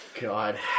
God